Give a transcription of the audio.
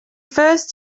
first